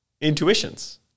intuitions